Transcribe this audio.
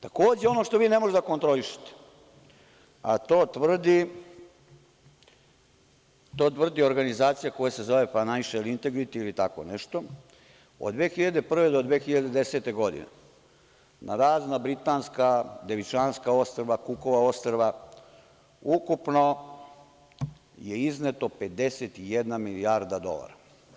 Takođe, ono što vi ne možete da kontrolišete, a to tvrdi organizacija koja se zove „Financial Integrity“ ili tako nešto, od 2001. do 2010. godine na razna Britanska, Devičanska ostrva, Kukova ostrva, ukupno je izneta 51 milijarda dolara.